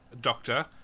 Doctor